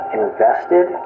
invested